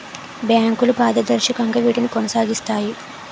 బ్యాంకులు పారదర్శకంగా వీటిని కొనసాగిస్తాయి